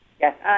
Yes